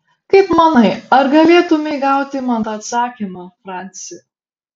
kaip manai ar galėtumei gauti man tą atsakymą franci